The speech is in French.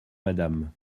madame